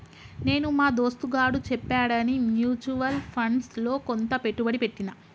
నేను మా దోస్తుగాడు చెప్పాడని మ్యూచువల్ ఫండ్స్ లో కొంత పెట్టుబడి పెట్టిన